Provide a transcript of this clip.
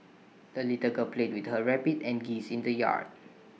the little girl played with her rabbit and geese in the yard